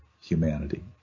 humanity